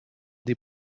des